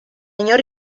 inor